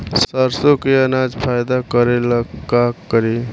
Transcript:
सरसो के अनाज फायदा करेला का करी?